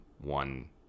one